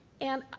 and,